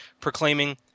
proclaiming